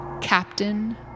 Captain